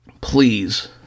Please